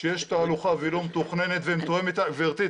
כשיש תהלוכה והיא לא מתוכננת ומתואמת איתנו גברתי,